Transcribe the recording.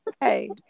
hey